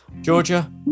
Georgia